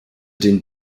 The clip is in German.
den